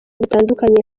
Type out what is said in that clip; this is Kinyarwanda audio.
bitandukanye